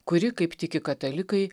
kuri kaip tiki katalikai